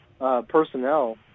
personnel